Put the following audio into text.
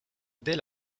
dès